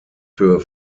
für